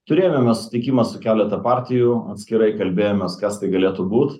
turėjome mes susitikimą su keletą partijų atskirai kalbėjomės kas tai galėtų būt